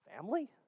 family